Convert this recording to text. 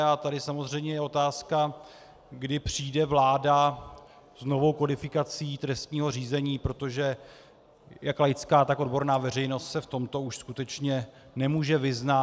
A tady samozřejmě je otázka, kdy přijde vláda s novou kodifikací trestního řízení, protože jak laická, tak odborná veřejnost se v tomto už skutečně nemůže vyznat.